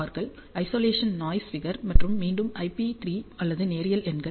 R கள் isolation noise figure மற்றும் மீண்டும் ஐபி 3 அல்லது நேரியல் எண்கள்